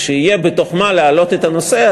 כשיהיה בתוך מה להעלות את הנושא,